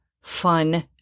fun